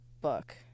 book